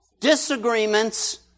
disagreements